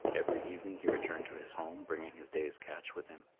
every evening he returned to his home, bringing his day's catch with him.